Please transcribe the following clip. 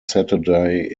saturday